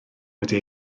wedi